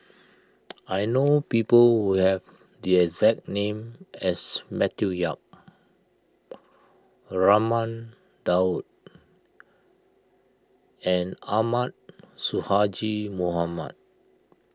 I know people who have the exact name as Matthew Yap Raman Daud and Ahmad Sonhadji Mohamad